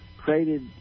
created